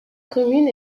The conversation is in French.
commune